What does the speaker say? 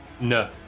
No